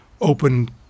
open